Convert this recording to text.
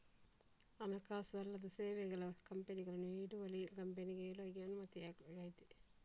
ಹಣಕಾಸು ಅಲ್ಲದ ಸೇವೆಗಳ ಕಂಪನಿಗಳನ್ನು ಹಿಡುವಳಿ ಕಂಪನಿಯೊಳಗೆ ಅನುಮತಿಸಲಾಗಿದೆ